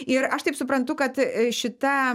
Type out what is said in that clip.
ir aš taip suprantu kad šita